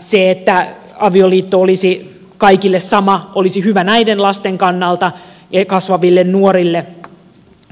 se että avioliitto olisi kaikille sama olisi hyvä näiden lasten kannalta ja kasvaville nuorille